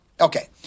Okay